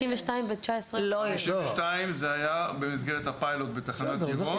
52 זה היה במסגרת הפיילוט בתחנת עירון.